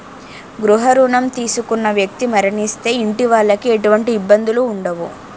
గృహ రుణం తీసుకున్న వ్యక్తి మరణిస్తే ఇంటి వాళ్లకి ఎటువంటి ఇబ్బందులు ఉండవు